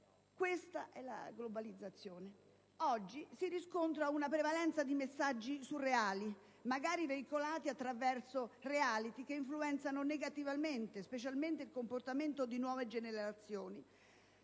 Questa è la globalizzazione. Oggi si riscontra una prevalenza di messaggi surreali, magari veicolati attraverso *reality* che influenzano negativamente soprattutto il comportamento di nuove generazioni,